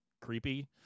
creepy